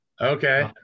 okay